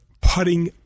putting